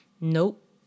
Nope